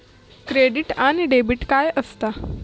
Credit आणि debit काय असता?